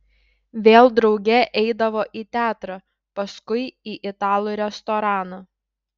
vėl drauge eidavo į teatrą paskui į italų restoraną